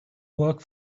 work